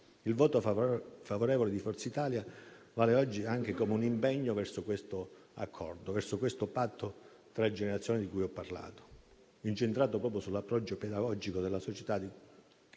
Il voto favorevole di Forza Italia vale oggi anche come un impegno verso questo accordo, verso questo patto tra generazioni di cui ho parlato, incentrato proprio sull'approccio pedagogico della società,